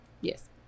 Yes